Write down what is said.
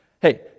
Hey